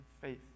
faith